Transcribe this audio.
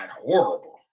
horrible